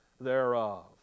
thereof